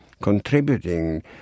contributing